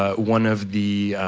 ah one of the,